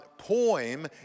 poem